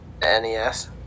NES